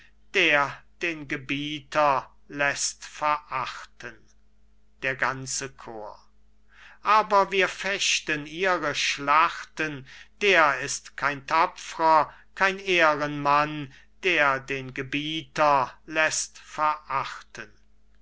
der den gebieter läßt verachten der ganze chor aber wir fechten ihre schlachten der ist kein tapfrer kein ehrenmann der den gebieter läßt verachten